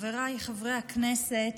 חבריי חברי הכנסת,